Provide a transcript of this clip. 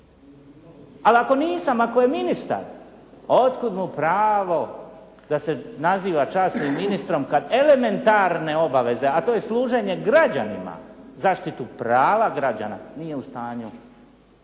Ali ako nisam, ako je ministar, otkud mu pravo da se naziva časnim ministrom kad elementarne obaveze, a to je služenje građanima, zaštitu prava građana nije u stanju